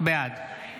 בעד